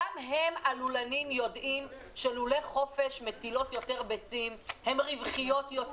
הלולנים יודעים שלולי חופש מטילים יותר ביצים ושהם יותר רווחיים.